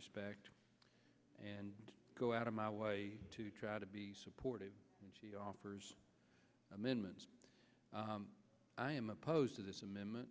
respect and go out of my way to try to be supportive and offers amendments i am opposed to this amendment